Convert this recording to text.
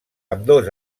ambdós